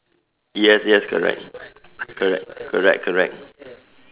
yes yes correct correct correct correct